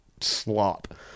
slop